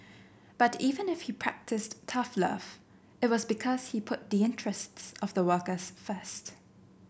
but even if he practised tough love it was because he put the interests of the workers first